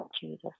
Jesus